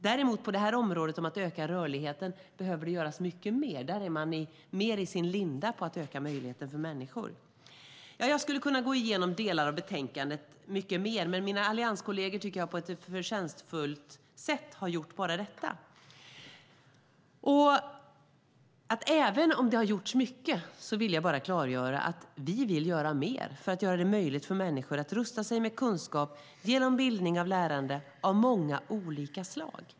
När det gäller att öka rörligheten behöver det dock göras mycket mer; där är man mer i sin linda med att öka möjligheten för människor. Jag skulle alltså kunna gå igenom delar av betänkandet mycket mer, men jag tycker att mina allianskolleger har gjort detta på ett förtjänstfullt sätt. Även om det har gjorts mycket vill jag bara klargöra att vi vill göra mer för att göra det möjligt för människor att rusta sig med kunskap genom bildning och lärande av många olika slag.